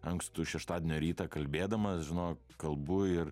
ankstų šeštadienio rytą kalbėdamas žinok kalbu ir